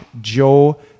Joe